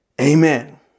Amen